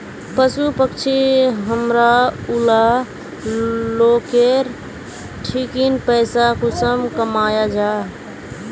पशु पक्षी हमरा ऊला लोकेर ठिकिन पैसा कुंसम कमाया जा?